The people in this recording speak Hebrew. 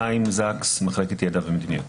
חיים זקס, מחלקת ידע ומדיניות.